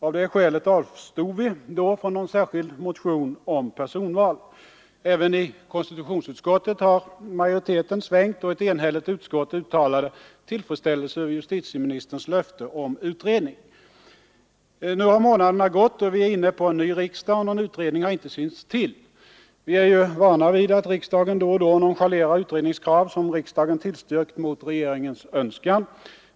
Av det skälet avstod vi då från någon särskild motion om personval. Även i konstitutionsutskottet hade nu majoriteten svängt, och ett enigt utskott uttalade tillfredsställelse över justitieministerns löfte om utredning. Nu har månaderna gått och vi är inne på en ny riksdag och någon utredning har inte synts till. Vi är ju vana vid att regeringen då och då nonchalerar utredningskrav som riksdagen tillstyrkt mot regeringens önskan.